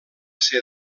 ser